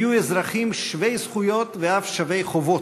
יהיו אזרחים שווי זכויות ואף שווי חובות.